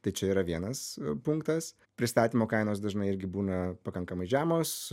tai čia yra vienas punktas pristatymo kainos dažnai irgi būna pakankamai žemos